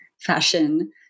fashion